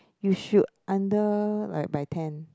you should under by like ten